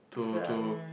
to to